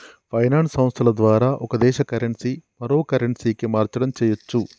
finance సంస్థల ద్వారా ఒక దేశ కరెన్సీ మరో కరెన్సీకి మార్చడం చెయ్యచ్చు